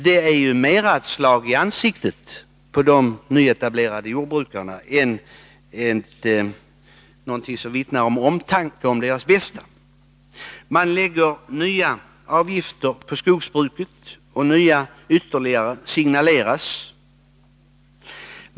Det är mer ett slag i ansiktet på de nyetablerade jordbrukarna än någonting som vittnar om omtanke om deras bästa. Man lägger nya avgifter på skogsbruket, och ytterligare nya signaleras.